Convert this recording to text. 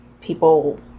people